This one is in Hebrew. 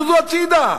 זוזו הצדה,